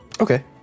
Okay